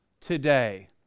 today